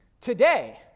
Today